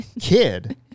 kid